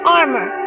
armor